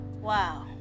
Wow